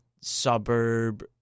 suburb